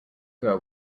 girl